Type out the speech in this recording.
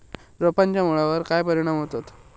रोपांच्या मुळावर काय परिणाम होतत?